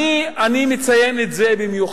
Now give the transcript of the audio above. אני מציין את זה במיוחד,